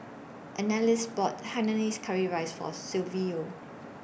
Annalise bought Hainanese Curry Rice For Silvio